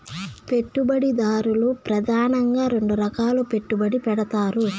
పెట్టుబడిదారులు ప్రెదానంగా రెండు రకాలుగా పెట్టుబడి పెడతారు